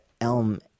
Elm